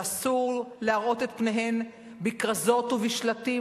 שאסור להראות את פניהן בכרזות ובשלטים,